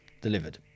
delivered